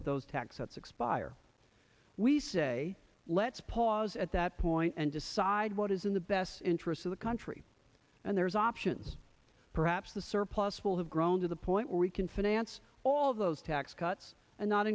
that those tax cuts expire we say let's pause at the point and decide what is in the best interests of the country and there's options perhaps the surplus will have grown to the point where we can finance all of those tax cuts and not